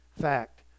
fact